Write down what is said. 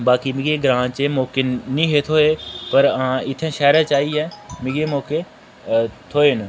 बाकी मिगी एह् ग्रांऽ च एह् मौके नेईं हे थ्होऐ पर हां इत्थें शैह्र च आइयै मिगी मौके थ्होऐ न